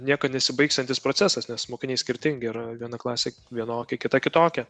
niekad nesibaigsiantis procesas nes mokiniai skirtingi yra viena klasė vienokia kita kitokia